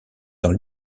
dans